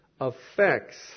affects